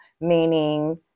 meaning